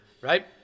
right